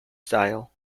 style